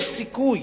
יש סיכוי,